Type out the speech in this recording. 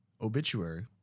Obituary